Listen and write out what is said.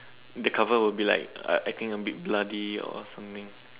the cover will be like I I think I'm a bit bloody or something